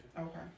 Okay